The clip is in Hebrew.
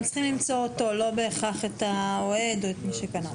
אנחנו צריכים למצוא אותו ולא בהכרח את האוהד ואת מי שקנה.